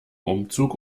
umzug